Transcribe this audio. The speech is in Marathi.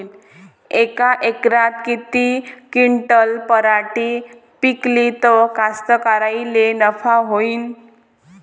यका एकरात किती क्विंटल पराटी पिकली त कास्तकाराइले नफा होईन?